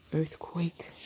Earthquake